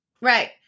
Right